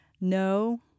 no